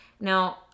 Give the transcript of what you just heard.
Now